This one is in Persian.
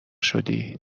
شدی